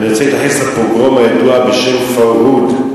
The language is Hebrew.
אני רוצה להתייחס לפוגרום הידוע בשם "פרהוד",